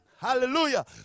Hallelujah